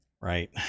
right